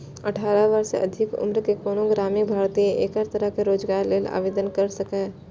अठारह वर्ष सँ अधिक उम्रक कोनो ग्रामीण भारतीय एकर तहत रोजगार लेल आवेदन कैर सकैए